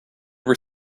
were